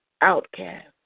outcast